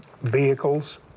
vehicles